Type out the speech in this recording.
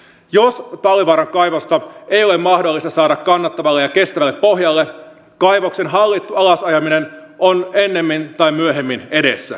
jos talvivaaran kaivosta ei ole mahdollista saada kannattavalle ja kestävälle pohjalle kaivoksen hallittu alasajaminen on ennemmin tai myöhemmin edessä